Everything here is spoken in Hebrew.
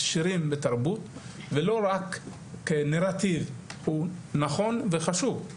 עשירים בתרבות ולא רק כנרטיב הוא נכון וחשוב,